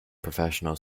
professional